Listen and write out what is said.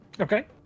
Okay